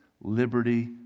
liberty